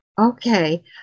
okay